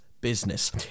business